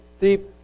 deep